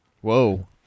whoa